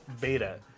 Beta